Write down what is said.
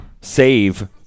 save